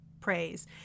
praise